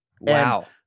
Wow